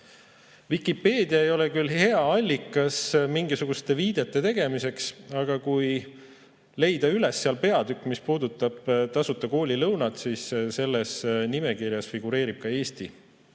Vikipeedia ei ole küll hea allikas mingisuguste viidete tegemiseks, aga kui leida üles peatükk, mis puudutab tasuta koolilõunat, siis selles nimekirjas figureerib ka Eesti.